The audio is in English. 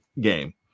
game